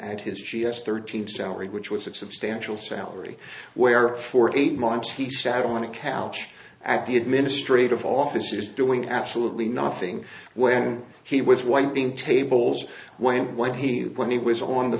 and his g s thirteen salary which was that substantial salary where for eight months he sat on a couch at the administrative offices doing absolutely nothing when he was wiping tables when when he when he was on the